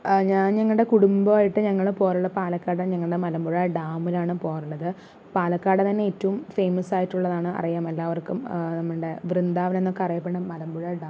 ഞാൻ ഞങ്ങളുടെ കുടുംബമായിട്ട് ഞങ്ങള് പോകാറുള്ള പാലക്കാട് ഞങ്ങടെ മലമ്പുഴ ഡാമിലാണ് പോകാറുള്ളത് പാലക്കാടു തന്നെ ഏറ്റവും ഫെയിമസായിട്ടുള്ളതാണ് അറിയാം എല്ലാവർക്കും നമ്മുടെ വൃന്ദാവൻ എന്നൊക്കെ അറിയപ്പെട്ടുന്ന മലമ്പുഴ ഡാമ്